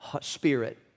spirit